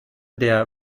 der